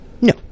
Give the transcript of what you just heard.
No